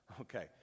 Okay